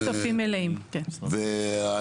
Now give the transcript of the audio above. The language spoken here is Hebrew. אני